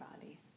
body